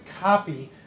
copy